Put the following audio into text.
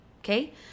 Okay